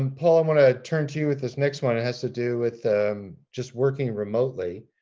um paul, i want to turn to you with this next one. it has to do with just working remotely.